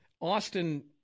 Austin